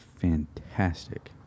fantastic